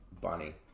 bunny